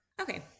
okay